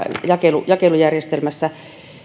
jakelujärjestelmässä